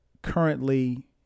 Currently